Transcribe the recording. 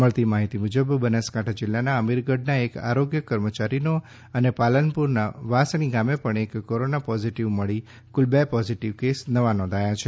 મળતી માહિતી મુજબ બનાસકાંઠા જિલ્લાના અમીરગઢના એક આરોગ્ય કર્મચારીનો અને પાલનપુરના વાસણી ગામે પણ એક કોરોના પોઝીટીવ મળી કુલ બે પોઝીટીવ કેસ નવા નોંધાયા છે